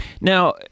Now